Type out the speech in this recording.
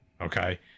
Okay